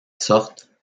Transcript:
sorte